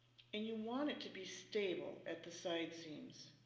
and you want it to be stable at the side seams.